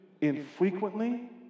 infrequently